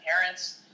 parents